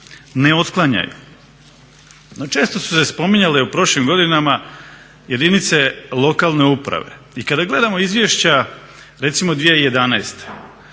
ne otklanjaju. No, često su se spominjale u prošlim godinama jedinice lokalne uprave. I kada gledamo izvješća recimo 2011.